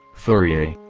fourier,